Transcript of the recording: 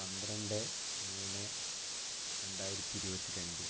പന്ത്രണ്ട് മൂന്ന് രണ്ടായിരത്തി ഇരുപത്തി രണ്ട്